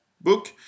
book